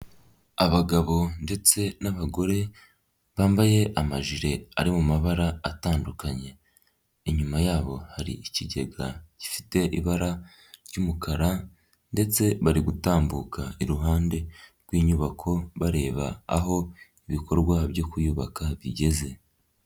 Abagabo ndetse n'abagore bambaye amaji ari mu mabara atandukanye, inyuma yabo hari ikigega gifite ibara ry'umukara ndetse bari gutambuka iruhande rw'inyubako bareba aho ibikorwa byo kwiyubaka bigeze.